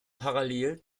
parallel